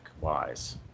wise